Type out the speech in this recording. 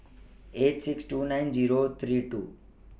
eight six two nine Zero three two